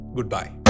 Goodbye